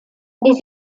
this